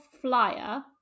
flyer